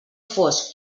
fosc